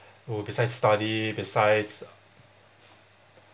oo besides study besides